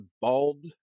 bald